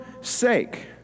sake